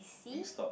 Wingstop